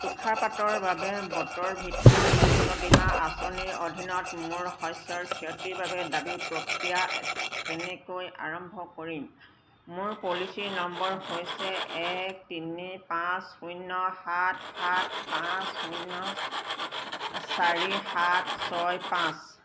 তুষাৰপাতৰ বাবে বতৰ ভিত্তিক শস্য বীমা আঁচনিৰ অধীনত মোৰ শস্যৰ ক্ষতিৰ বাবে দাবী প্ৰক্ৰিয়া কেনেকৈ আৰম্ভ কৰিম মোৰ পলিচী নম্বৰ হৈছে এক তিনি পাঁচ শূন্য সাত সাত পাঁচ শূন্য চাৰি সাত ছয় পাঁচ